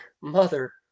Mother